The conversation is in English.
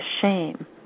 shame